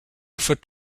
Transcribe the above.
fit